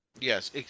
Yes